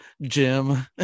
Jim